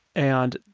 and,